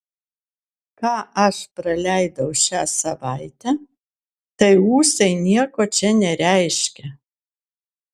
ką aš praleidau šią savaitę tai ūsai nieko čia nereiškia